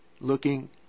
looking